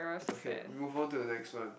okay move onto the next one